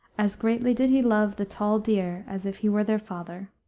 as greatly did he love the tall deer as if he were their father.